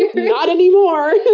like not anymore!